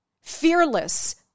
fearless